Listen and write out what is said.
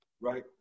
Right